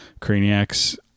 Craniacs